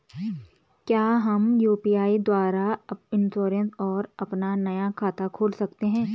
क्या हम यु.पी.आई द्वारा इन्श्योरेंस और अपना नया खाता खोल सकते हैं?